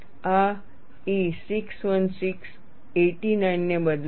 આ E 616 89 ને બદલે છે